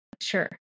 Sure